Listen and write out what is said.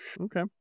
Okay